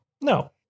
No